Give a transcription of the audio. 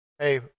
Hey